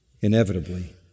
inevitably